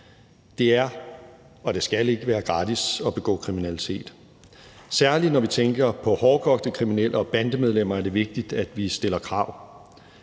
Det er og det skal ikke være gratis at begå kriminalitet. Særlig når vi tænker på hårdkogte kriminelle og bandemedlemmer, er det vigtigt, at vi stiller krav.